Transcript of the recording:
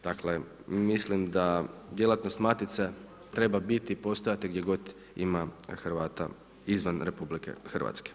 Dakle mislim da djelatnost matice treba biti i postojati gdje god ima Hrvata izvan RH.